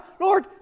Lord